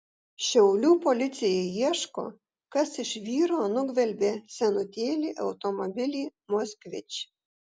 šiaulių policija ieško kas iš vyro nugvelbė senutėlį automobilį moskvič